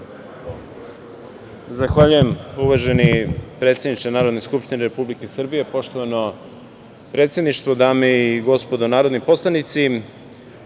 Zahvaljujem uvaženi predsedniče Narodne skupštine Republike Srbije. Poštovano predsedništvo, dame i gospodo narodni poslanici,